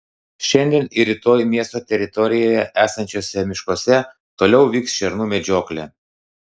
šiandien ir rytoj miesto teritorijoje esančiuose miškuose toliau vyks šernų medžioklė